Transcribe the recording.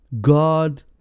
God